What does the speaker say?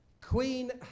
Queen